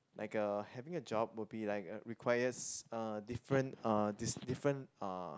like a having a job would be like requires uh different uh dis~ different uh